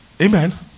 Amen